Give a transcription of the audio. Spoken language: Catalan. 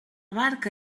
barca